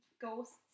ghosts